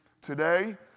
Today